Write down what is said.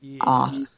off